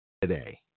today